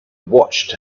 watched